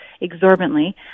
exorbitantly